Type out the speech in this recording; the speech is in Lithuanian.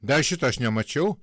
dar šito aš nemačiau